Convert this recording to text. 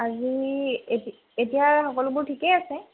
আজি এ এতিয়া সকলোবোৰ ঠিকেই আছে